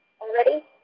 already